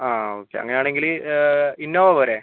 ആ ഓക്കെ അങ്ങനെയാണെങ്കിൽ ഇന്നോവ പോരേ